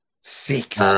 Six